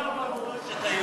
בעיקר במורשת היהודית.